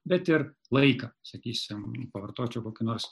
bet ir laiką sakysim pavartočiau kokį nors